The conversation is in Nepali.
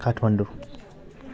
काठमाडौँ